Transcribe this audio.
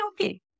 okay